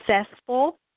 successful